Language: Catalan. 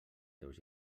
teus